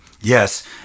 Yes